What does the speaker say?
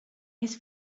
his